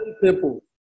people